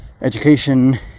education